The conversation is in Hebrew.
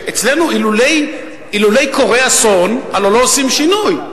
שאצלנו, אם לא קורה אסון, הלוא לא עושים שינוי.